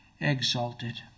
exalted